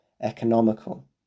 economical